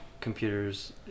computers